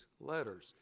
letters